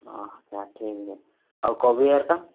ହଁ ଯା ଠିକ୍ ଅଛି ଆଉ କୋବି ହେରିକା